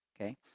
Okay